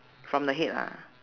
from the head lah